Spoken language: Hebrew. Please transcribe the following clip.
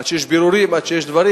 עד שיש בירורים, עד שיש דברים,